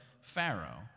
Pharaoh